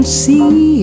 see